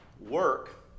Work